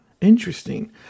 Interesting